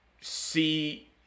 see